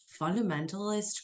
fundamentalist